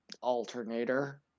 alternator